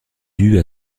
due